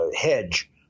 hedge